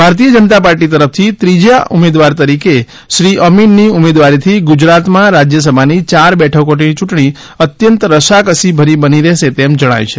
ભારતીય જનતા પાર્ટી તરફથી ત્રીજા ઉમેદવાર તરીકે શ્રી અમીનની ઉમેદવારીથી ગુજરાતમાં રાજ્યસભાની યાર બેઠકોની ચૂંટણી અત્યંત રસાકસી ભરી બની રહેશે તેમ જણાય છે